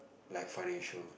like financial